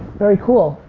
very cool.